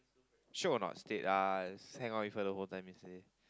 sure a not stead ah hang out with her the whole time yesterday